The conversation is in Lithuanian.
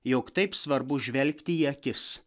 jog taip svarbu žvelgti į akis